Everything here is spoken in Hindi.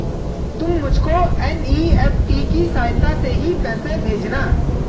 तुम मुझको एन.ई.एफ.टी की सहायता से ही पैसे भेजना